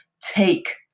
Take